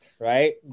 right